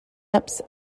ups